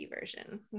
version